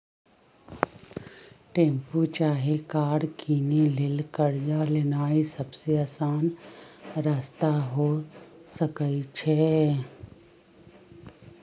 tempo चाहे car किनै लेल कर्जा लेनाइ सबसे अशान रस्ता हो सकइ छै